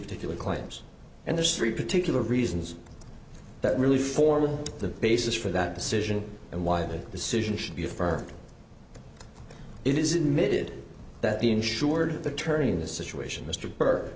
particular claims and there's three particular reasons that really form the basis for that decision and why the decision should be affirmed it is emitted that the insured attorney in this situation mr burke